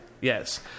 Yes